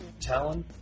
Talon